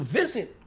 visit